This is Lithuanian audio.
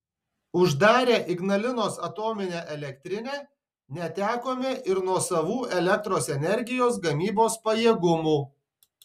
uždarę ignalinos atominę elektrinę netekome ir nuosavų elektros energijos gamybos pajėgumų